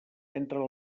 entre